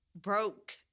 broke